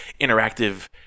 interactive